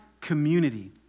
community